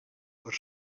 per